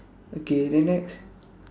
okay then next